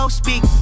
speak